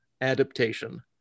adaptation